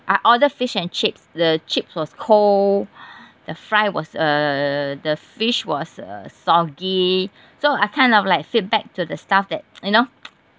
I ordered fish and chips the chips was cold the fry was uh the fish was uh soggy so I kind of like feedback to the staff that you know